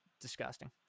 disgusting